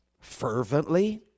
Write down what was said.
fervently